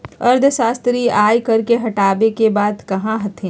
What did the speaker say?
अर्थशास्त्री आय कर के हटावे के बात कहा हथिन